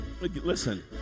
listen